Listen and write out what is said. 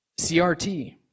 CRT